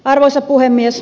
arvoisa puhemies